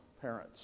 parents